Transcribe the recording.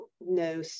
no